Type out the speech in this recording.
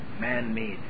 man-made